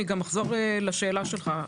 אני גם אחזור לשאלה שלך,